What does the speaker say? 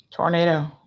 Tornado